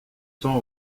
temps